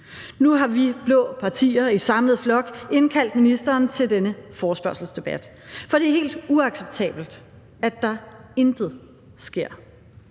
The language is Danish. Nu har vi blå partier i samlet flok indkaldt ministeren til denne forespørgselsdebat, for det er helt uacceptabelt, at der intet sker.